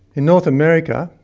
in north america,